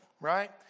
right